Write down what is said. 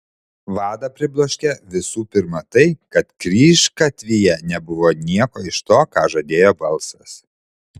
vadą pribloškė visų pirma tai kad kryžgatvyje nebuvo nieko iš to ką žadėjo balsas